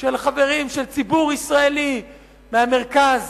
של חברים, של ציבור ישראלי מהמרכז,